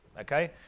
Okay